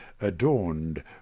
adorned